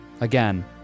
Again